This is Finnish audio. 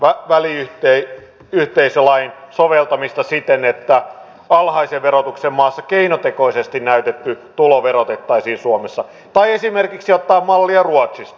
meidän pitäisi laajentaa väliyhteisölain soveltamista siten että alhaisen verotuksen maassa keinotekoisesti näytetty tulo verotettaisiin suomessa tai esimerkiksi ottaa mallia ruotsista